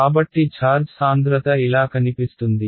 కాబట్టి ఛార్జ్ సాంద్రత ఇలా కనిపిస్తుంది